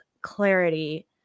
clarity